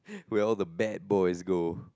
where all the bad boys go